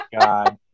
God